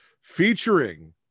featuring